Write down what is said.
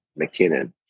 McKinnon